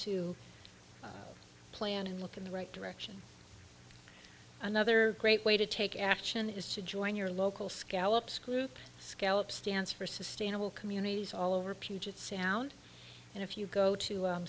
to plan and look in the right direction another great way to take action is to join your local scallops group scallop stands for sustainable communities all over puget sound and if you go to